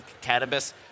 cannabis